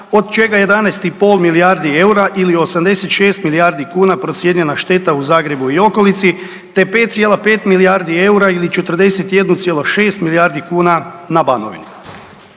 od čega 11,5 milijardi eura ili 86 milijardi kuna procijenjena šteta u Zagrebu i okolici, te 5,5 milijardi eura ili 41,6 milijardi kuna na Banovini.